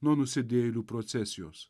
nuo nusidėjėlių procesijos